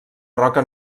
roca